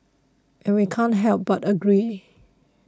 and we can't help but agree